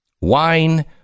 Wine